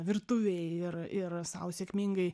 virtuvėj ir ir sau sėkmingai